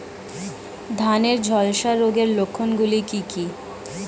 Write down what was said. ধানের ঝলসা রোগের লক্ষণগুলি কি কি?